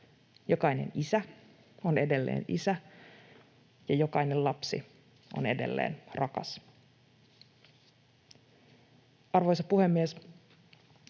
jokainen isä on edelleen isä, ja jokainen lapsi on edelleen rakas. Arvoisa puhemies!